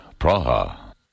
Praha